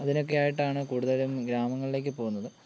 അതിനൊക്കെയായിട്ടാണ് കൂടുതല് ഗ്രാമങ്ങളിലേക്ക് പോകുന്നത്